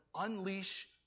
unleash